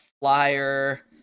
flyer